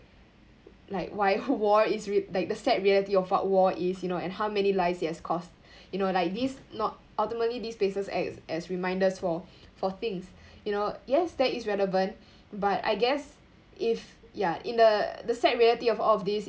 like why war is re~ like the sad reality of what war is you know and how many lives it has cost you know like this not~ ultimately these places act as reminder for for things you know yes that is relevant but I guess if ya in the the sad reality of all of this